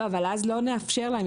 לא, אבל אז לא נאפשר להם.